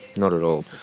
not at all.